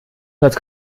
können